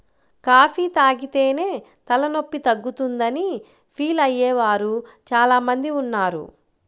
coffee తాగితేనే తలనొప్పి తగ్గుతుందని ఫీల్ అయ్యే వారు చాలా మంది ఉన్నారు